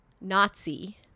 Nazi